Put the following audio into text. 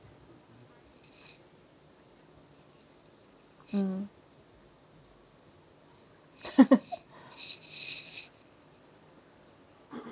mm